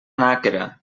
nàquera